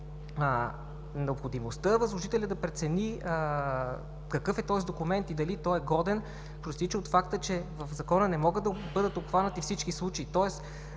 Необходимостта възложителят да прецени какъв е този документ и дали той е годен, произтича от факта, че в Закона не могат да бъдат обхванати всички случаи.